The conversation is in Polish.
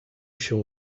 się